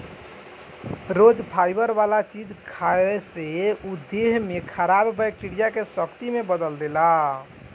रोज fibre वाला चीज खाए से उ देह में खराब बैक्टीरिया के शक्ति में बदल देला